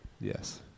Yes